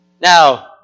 Now